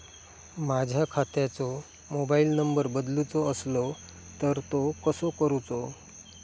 माझ्या खात्याचो mobile number बदलुचो असलो तर तो कसो करूचो?